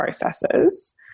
processes